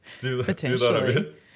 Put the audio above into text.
Potentially